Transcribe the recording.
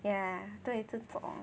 ya 对一直走